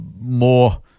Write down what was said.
more